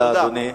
תודה לאדוני.